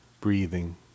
breathing